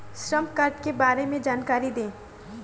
श्रम कार्ड के बारे में जानकारी दें?